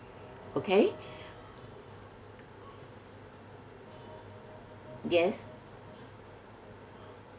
okay yes